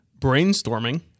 brainstorming